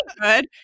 good